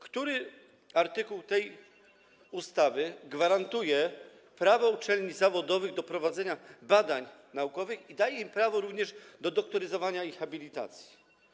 Który artykuł tej ustawy gwarantuje prawo uczelniom zawodowym do prowadzenia badań naukowych i daje im również prawo do doktoryzowania i habilitacji?